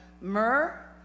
myrrh